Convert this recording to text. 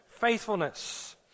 faithfulness